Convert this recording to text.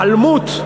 שההיעלמות,